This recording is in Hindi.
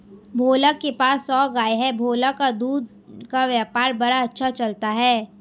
भोला के पास सौ गाय है भोला का दूध का व्यापार बड़ा अच्छा चलता है